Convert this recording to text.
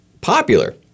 popular